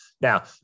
Now